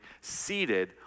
seated